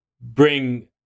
bring